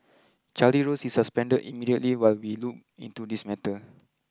Charlie Rose is suspended immediately while we look into this matter